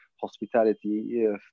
hospitality